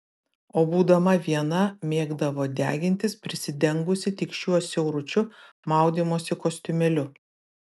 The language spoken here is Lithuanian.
o būdama viena mėgdavo degintis prisidengusi tik šiuo siauručiu maudymosi kostiumėliu